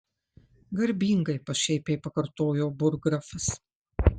garbingai pašaipiai pakartojo burggrafas